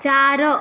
चार